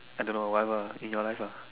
I don't know whatever in your life lah